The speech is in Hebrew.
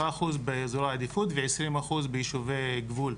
10% באזור העדיפות ו-20% ליישובי גבול,